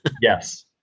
Yes